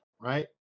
right